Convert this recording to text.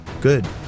Good